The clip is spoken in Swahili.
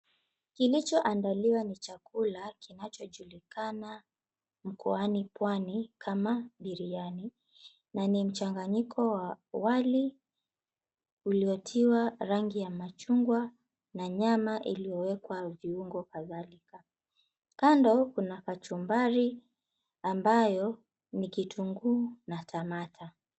Kilichoandaliwa ni chakula kinachojulikana mkoani pwani kama biriani na ni mchanganyiko wa wali uliotiwa rangi ya machungwa na nyama iliyowekwa viungo kadhalika. Kando kuna kachumbari ambayo ni kitunguu na tamata .